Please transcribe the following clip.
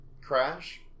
crash